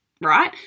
Right